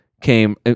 came